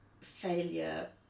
failure